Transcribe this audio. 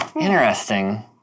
Interesting